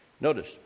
Notice